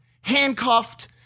handcuffed